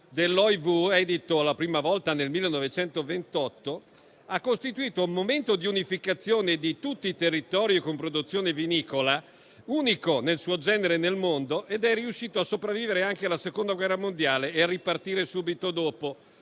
dell'OIV, edito la prima volta nel 1928, ha costituito un momento di unificazione di tutti i territori con produzione vinicola unico nel suo genere nel mondo ed è riuscito a sopravvivere anche alla Seconda guerra mondiale e a ripartire subito dopo,